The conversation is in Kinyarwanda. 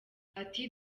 ati